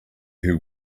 who